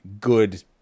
good